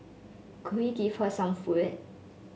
could he give her some food